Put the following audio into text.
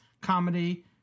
comedy